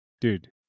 dude